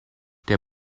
der